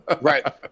Right